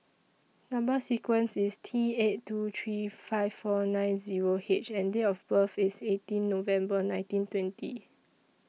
Number sequence IS T eight two three five four nine Zero H and Date of birth IS eighteen November nineteen twenty